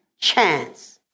chance